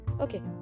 Okay